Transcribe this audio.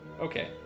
Okay